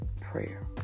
prayer